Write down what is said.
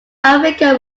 africa